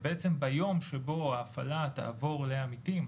ובעצם ביום שבו ההפעלה תעבור לעמיתים,